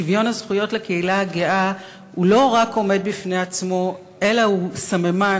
שוויון הזכויות לקהילה הגאה הוא לא רק עומד בפני עצמו אלא הוא סממן,